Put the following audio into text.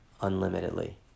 unlimitedly